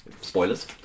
spoilers